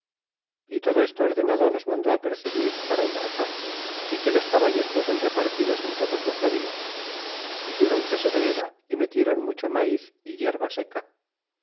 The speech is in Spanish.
y todo esto ordenado nos mandó apercibir para embarcar y que los caballos fuesen repartidos en todos los navíos hicieron pesebrera y metieron mucho maiz y herba seca